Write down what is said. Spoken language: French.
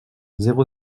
zéro